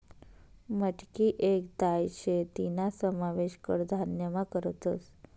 मटकी येक दाय शे तीना समावेश कडधान्यमा करतस